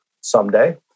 someday